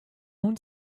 own